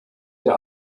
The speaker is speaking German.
der